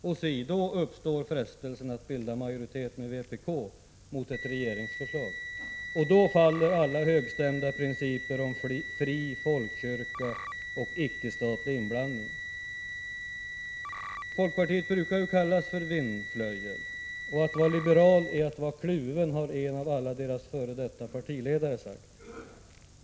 Och si, då uppstår frestelsen att bilda majoritet med vpk mot ett regeringsförslag — och då faller alla högstämda principer om en fri folkkyrka och frihet från statlig inblandning. Folkpartiet brukar kallas vindflöjel. Att vara liberal är att vara kluven, har en av alla deras f.d. partiledare sagt.